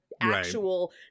actual